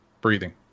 breathing